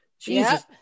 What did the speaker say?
Jesus